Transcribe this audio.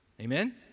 Amen